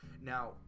now